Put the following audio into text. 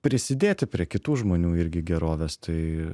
prisidėti prie kitų žmonių irgi gerovės tai